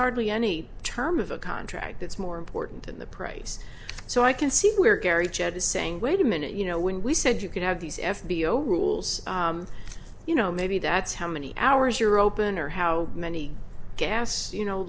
hardly any term of a contract that's more important than the price so i can see where gary jet is saying wait a minute you know when we said you could have these f b o rules you know maybe that's how many hours you're open or how many gas you know